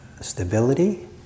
stability